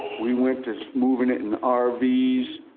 we went to moving it in r v s,